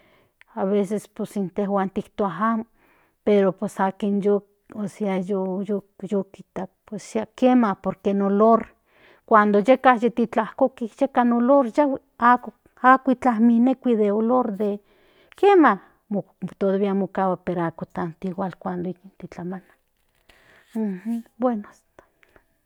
Aveces pues intejuan ti tua ajam pero pues akin tu ósea yyu kijta psea kiema por que in olor cuando yeka titlajoki yeka in olor yahui ako mekui den olor kiema pero ako tanto igual cuando titlamana bueno.